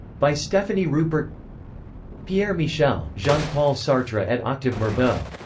by stephanie rupert pierre michel, jean-paul sartre et octave mirbeau.